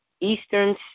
Eastern